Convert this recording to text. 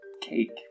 cake